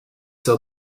sell